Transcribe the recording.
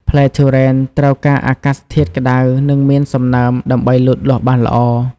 ផ្លែទុរេនត្រូវការអាកាសធាតុក្តៅនិងមានសំណើមដើម្បីលូតលាស់បានល្អ។